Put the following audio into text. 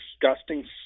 disgusting